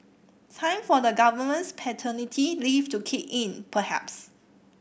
time for the government's paternity leave to kick in perhaps